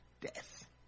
death